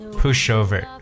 pushover